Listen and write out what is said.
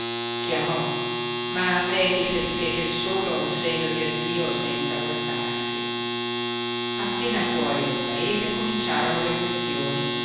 chiamò ma efix gli fece solo un segno di addio senza voltarsi appena fuori del paese cominciarono le questioni